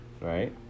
right